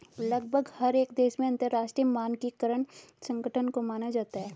लगभग हर एक देश में अंतरराष्ट्रीय मानकीकरण संगठन को माना जाता है